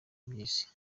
by’isi